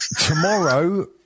Tomorrow